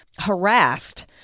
harassed